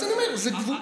אז אני אומר: זה גבולי.